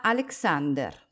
Alexander